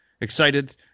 excited